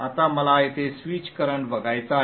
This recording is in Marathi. आता मला येथे स्विच करंट बघायचा आहे